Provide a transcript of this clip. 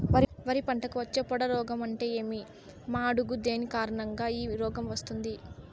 వరి పంటకు వచ్చే పొడ రోగం అంటే ఏమి? మాగుడు దేని కారణంగా ఈ రోగం వస్తుంది?